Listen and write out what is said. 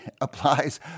applies